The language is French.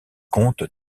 compte